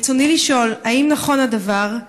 רצוני לשאול: 1. האם נכון הדבר?